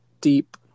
deep